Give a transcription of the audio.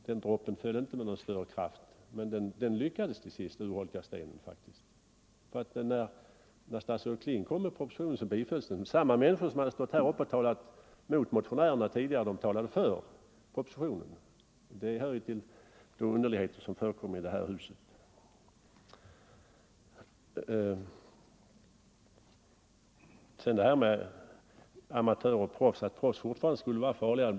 Den droppen föll inte med någon större kraft, men den lyckades till sist urholka stenen. När statsrådet Kling kom med propositionen bifölls den. Samma människor som talat mot motionerna tidigare talade för propositionen. Det hör till de underligheter som förekommer i det här huset. Sedan det här med amatörer och proffs och att proffsboxningen fortfarande skulle vara farligare.